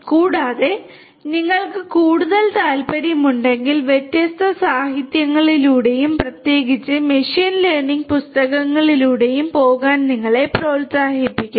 കൂടാതെ നിങ്ങൾക്ക് കൂടുതൽ താൽപ്പര്യമുണ്ടെങ്കിൽ വ്യത്യസ്ത സാഹിത്യങ്ങളിലൂടെയും പ്രത്യേകിച്ച് മെഷീൻ ലേണിംഗ് പുസ്തകങ്ങളിലൂടെയും പോകാൻ നിങ്ങളെ പ്രോത്സാഹിപ്പിക്കുന്നു